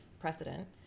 precedent